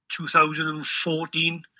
2014